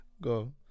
go